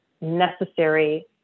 necessary